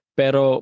pero